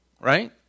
Right